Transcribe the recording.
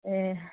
ꯑꯪ